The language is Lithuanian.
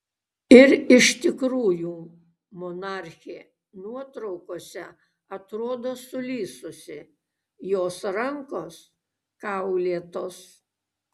ir iš tikrųjų monarchė nuotraukose atrodo sulysusi jos rankos kaulėtos